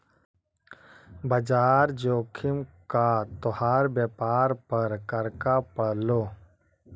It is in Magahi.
बाजार जोखिम का तोहार व्यापार पर क्रका पड़लो